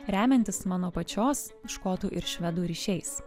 remiantis mano pačios škotų ir švedų ryšiais